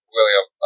William